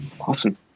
awesome